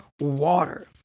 water